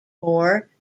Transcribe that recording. more